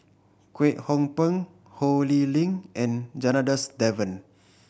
Kwek Hong Png Ho Lee Ling and Janadas Devan